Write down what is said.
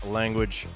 language